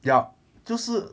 yup 就是